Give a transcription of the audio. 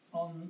on